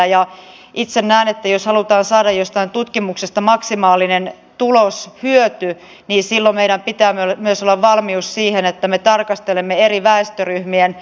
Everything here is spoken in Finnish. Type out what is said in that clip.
itse näen että jos halutaan saada jostain tutkimuksesta maksimaalinen tuloshyöty niin silloin meillä pitää myös olla valmius siihen että me tarkastelemme eri väestöryhmien tilannetta